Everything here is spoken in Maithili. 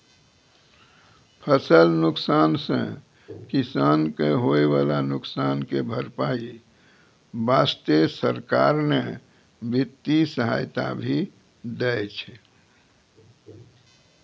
फसल नुकसान सॅ किसान कॅ होय वाला नुकसान के भरपाई वास्तॅ सरकार न वित्तीय सहायता भी दै छै